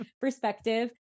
perspective